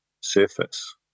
surface